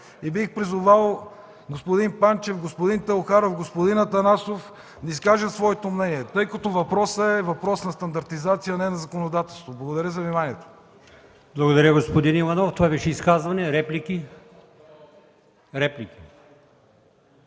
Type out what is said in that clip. Бих призовал господин Панчев, господин Теохаров, господин Атанасов да изкажат своето мнение, тъй като въпросът е въпрос на стандартизация, а не на законодателство. Благодаря за вниманието. ПРЕДСЕДАТЕЛ АЛИОСМАН ИМАМОВ: Благодаря, господин Иванов. Това беше изказване. Реплики? Няма